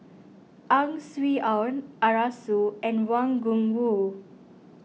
Ang Swee Aun Arasu and Wang Gungwu